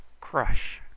crush